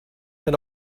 and